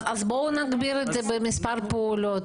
אז בואו נגדיר את זה לפי מספר הפעולות.